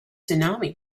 tsunami